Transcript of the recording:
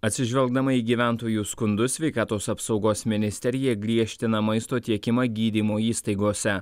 atsižvelgdama į gyventojų skundus sveikatos apsaugos ministerija griežtina maisto tiekimą gydymo įstaigose